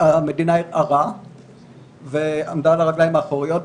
המדינה ערערה ועמדה על הרגליים האחוריות,